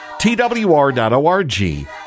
twr.org